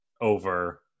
over